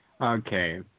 Okay